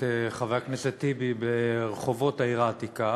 חבר הכנסת טיבי ברחובות העיר העתיקה,